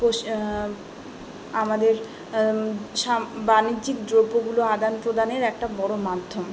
পোশ আমাদের সাম বাণিজ্যিক দ্রব্যগুলো আদান প্রদানের একটা বড়ো মাধ্যম